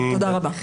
תודה רבה.